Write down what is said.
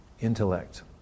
intellect